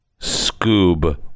Scoob